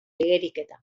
igeriketa